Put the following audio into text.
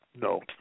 No